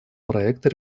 проекта